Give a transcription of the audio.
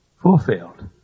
fulfilled